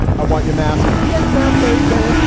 i want you masked yes. now, baby,